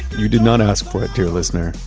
you did not ask for it, dear listener,